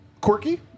quirky